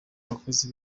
bakozi